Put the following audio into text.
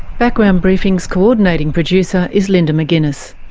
background briefing's coordinating producer is linda mcginness,